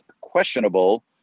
questionable